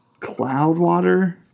Cloudwater